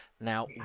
Now